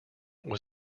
was